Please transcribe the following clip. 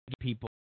people